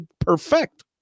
perfect